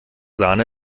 sahne